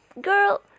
girl